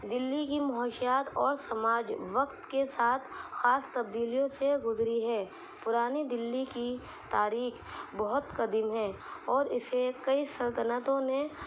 دلی کی معاشیات اور سماج وقت کے ساتھ خاص تبدیلیوں سے گزری ہے پرانی دلی کی تاریخ بہت قدیم ہے اور اسے کئی سلطنتوں نے